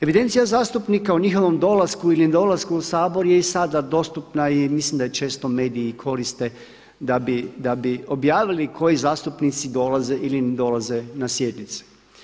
Evidencija zastupnika o njihovom dolasku ili nedolasku u Sabor je i sada dostupna i mislim da je često mediji koriste da bi objavili koji zastupnici dolaze ili ne dolaze na sjednice.